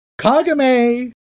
Kagame